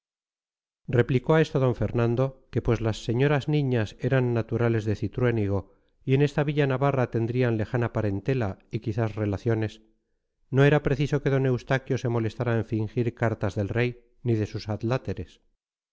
replicó a esto d fernando que pues las señoras niñas eran naturales de cintruénigo y en esta villa navarra tendrían lejana parentela y quizás relaciones no era preciso que d eustaquio se molestara en fingir cartas del rey ni de sus adláteres